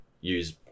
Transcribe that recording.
use